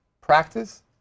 practice